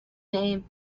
name